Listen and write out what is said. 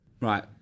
right